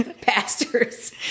pastors